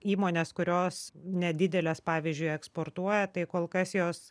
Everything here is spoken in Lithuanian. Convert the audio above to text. įmonės kurios nedidelės pavyzdžiui eksportuoja tai kol kas jos